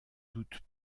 doute